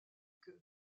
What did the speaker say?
que